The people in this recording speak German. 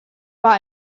war